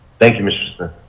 thank you mr.